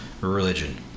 Religion